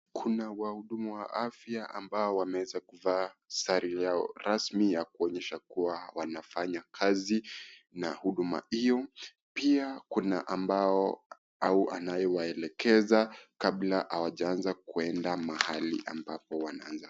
Kuna wahudumu wa afya ambao wameweza kuvaa sare yao rasmi ya kuonyesha kuwa wanafanya kazi na huduma hiyo. Pia kuna ambao au anayewaelekeza kabla hawajaanza kuenda mahali ambapo wanaanza.